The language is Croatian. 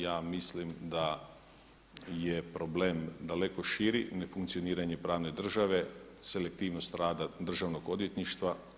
Ja mislim da je problem daleko širi, nefunkcioniranje pravne države, selektivnost rada Državnog odvjetništva.